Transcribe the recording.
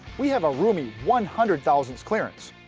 we have a roomy one hundred thousandths clearance.